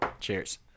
cheers